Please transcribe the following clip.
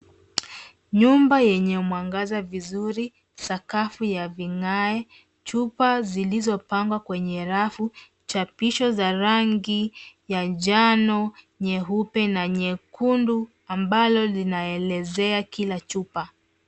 Nyumba yenye mwangaza vizuri. Sakafu ya vigae. Chupa zilizopangwa kwenye rafu. Chapisho za rangi ya njano, nyeupe, na nyekundu, ambalo linaelezea kila chupa.